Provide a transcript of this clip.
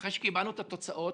אחרי שקיבלנו את התוצאות,